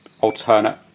alternate